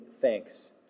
thanks